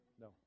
no